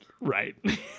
right